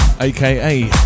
aka